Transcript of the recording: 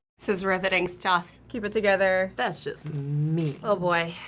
this is riveting stuff. keep it together. that's just mean. oh boy.